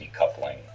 decoupling